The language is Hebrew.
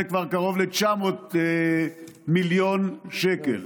זה כבר קרוב ל-900 מיליון שקל.